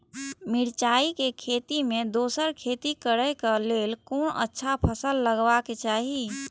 मिरचाई के खेती मे दोसर खेती करे क लेल कोन अच्छा फसल लगवाक चाहिँ?